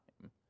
time